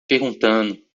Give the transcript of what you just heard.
perguntando